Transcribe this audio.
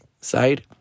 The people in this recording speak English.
side